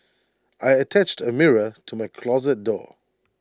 I attached A mirror to my closet door